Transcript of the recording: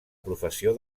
professió